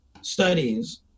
Studies